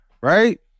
right